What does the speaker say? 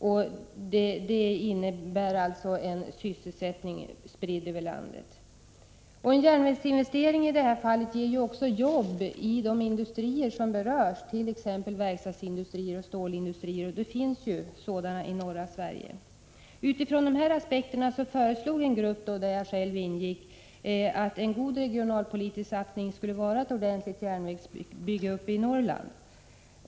Det innebär en sysselsättning spridd över landet. En järnvägsinvestering, som det i det här fallet var fråga om, ger också jobb i de industrier som berörs, t.ex. verkstadsindustrier och stålindustrier, och det finns ju sådana i norra Sverige. Med utgångspunkt i de här aspekterna ansåg en grupp där jag själv ingick att en god regionalpolitisk satsning skulle vara ett ordentligt järnvägsbygge i Norrland.